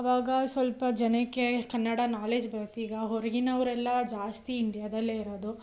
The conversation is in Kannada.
ಅವಾಗ ಸ್ವಲ್ಪ ಜನಕ್ಕೆ ಕನ್ನಡ ನಾಲೇಜ್ ಬರುತ್ತೀಗ ಹೊರಗಿನವ್ರೆಲ್ಲ ಜಾಸ್ತಿ ಇಂಡ್ಯಾದಲ್ಲೇ ಇರೋದು